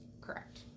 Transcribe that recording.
Correct